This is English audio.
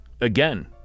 Again